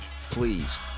please